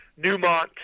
Newmont